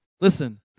Listen